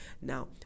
now